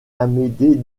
amédée